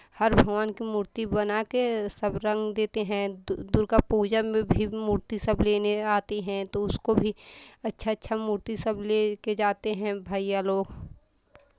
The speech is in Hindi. हर भगवान की मूर्ती बना के सब रंग देते हैं दु दुर्गा पूजा में भी मूर्ती सब लेने आती हैं तो उसको भी अच्छा अच्छा मूर्ती सब ले के जाते हैं भैया लोग